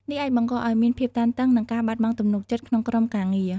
នេះអាចបង្កឱ្យមានភាពតានតឹង និងការបាត់បង់ទំនុកចិត្តក្នុងក្រុមការងារ។